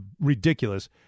ridiculous